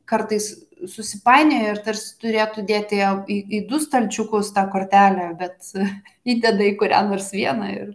kartais susipainioja ir tarsi turėtų dėti į į du stalčiukus tą kortelę bet įdeda į kurią nors vieną ir